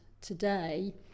today